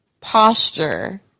posture